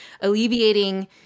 alleviating